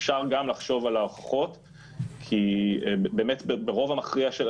אפשר גם לחשוב על ההוכחות כי באמת ברוב המכריע של